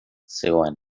zegoen